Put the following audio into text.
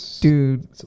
Dude